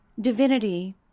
divinity